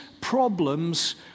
problems